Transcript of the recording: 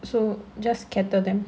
so just scatter them